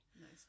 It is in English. Nice